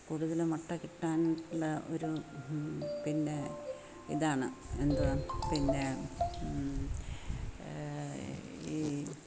കൂടുതലും മുട്ട കിട്ടാനായിട്ടുള്ള ഒരു പിന്നെ ഇതാണ് എന്തുവാ പിന്നെ ഈ